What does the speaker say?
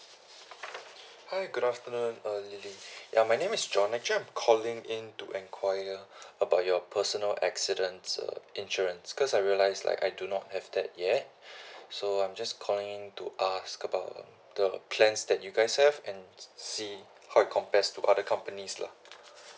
hi good afternoon uh lily ya my name is john actually I'm calling in to inquire about your personal accidents uh insurance cause I realise like I do not have that yet so I'm just calling to ask about the plans that you guys have and see how it compares to other companies lah